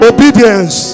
Obedience